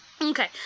Okay